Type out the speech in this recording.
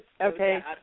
Okay